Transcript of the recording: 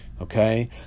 Okay